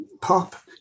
pop